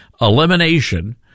elimination